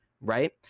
right